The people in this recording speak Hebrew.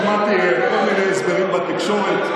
שמעתי כל מיני הסברים בתקשורת,